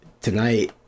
Tonight